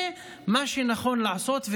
זה מה שנכון לעשות,